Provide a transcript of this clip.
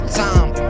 time